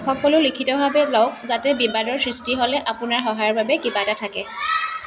সকলো লিখিতভাৱে লওক যাতে বিবাদৰ সৃষ্টি হ'লে আপোনাৰ সহায়ৰ বাবে কিবা এটা থাকে